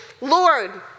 Lord